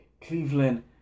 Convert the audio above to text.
Cleveland